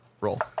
Roll